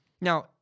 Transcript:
Now